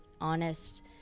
honest